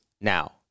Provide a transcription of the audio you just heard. now